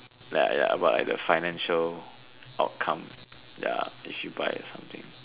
like ya like the financial outcome ya if you buy that something